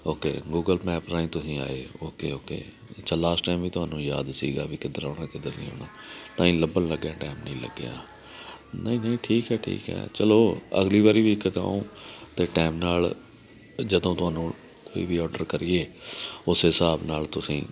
okay Google map ਰਾਹੀਂ ਤੁਸੀਂ ਆਏ ਓਕੇ ਓਕੇ ਅੱਛਾ ਲਾਸਟ ਟਾਈਮ ਹੀ ਤੁਹਾਨੂੰ ਯਾਦ ਸੀਗਾ ਵੀ ਕਿੱਧਰ ਆਉਣ ਕਿੱਧਰ ਨਹੀਂ ਆਉਣਾ ਤਾਂ ਹੀ ਲੱਭਣ ਲੱਗਿਆ ਟਾਈਮ ਨਹੀਂ ਲੱਗਿਆ ਨਹੀਂ ਨਹੀਂ ਠੀਕ ਹੈ ਠੀਕ ਹੈ ਚਲੋ ਅਗਲੀ ਵਾਰੀ ਵੀ ਕਦੋਂ ਤੇ ਟਾਈਮ ਨਾਲ ਜਦੋਂ ਤੁਹਾਨੂੰ ਕੋਈ ਵੀ ਅੋਰਡਰ ਕਰੀਏ ਉਸੇ ਹਿਸਾਬ ਨਾਲ ਤੁਸੀਂ